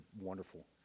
wonderful